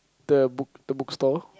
the book the book store